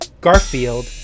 Garfield